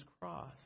cross